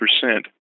percent